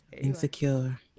Insecure